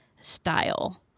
style